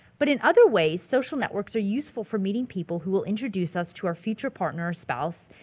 but in other ways social networks are useful for meeting people who will introduce us to our future partner or spouse,